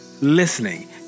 listening